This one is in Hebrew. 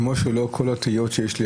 כמו שלא את כל הדעות שיש לי